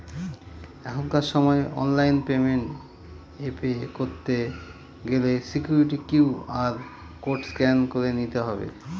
এখনকার সময় online payment এ পে করতে গেলে সিকুইরিটি কিউ.আর কোড স্ক্যান করে নিতে হবে